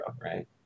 right